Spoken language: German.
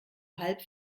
halb